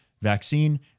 Vaccine